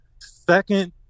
second